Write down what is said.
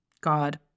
God